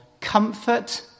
comfort